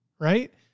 right